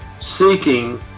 seeking